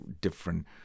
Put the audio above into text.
different